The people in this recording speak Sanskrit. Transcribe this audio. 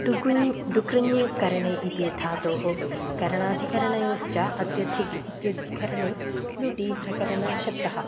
डुकृञ् डुकृञ् करणे इति धातोः करणाधिकरणयोश्च अत्यधिक् इत्यद् कर्णे लुटी प्रकरणशब्दः